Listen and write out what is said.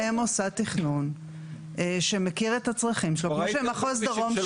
הם מוסד תכנון שמכיר את הצרכים שלו --- כבר ראיתי שכבישים שלא